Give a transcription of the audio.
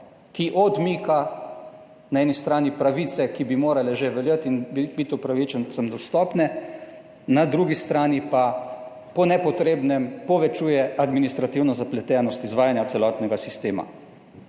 ki odmika na eni strani pravice, ki bi morale že veljati in biti upravičencem dostopne, na drugi strani pa po nepotrebnem povečuje administrativno zapletenost izvajanja celotnega sistema.